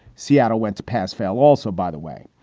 seattle went to pass fail. also, by the way,